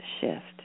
shift